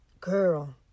girl